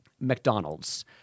McDonald's